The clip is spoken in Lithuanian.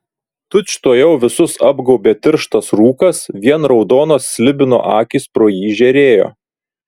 tučtuojau visus apgaubė tirštas rūkas vien raudonos slibino akys pro jį žėrėjo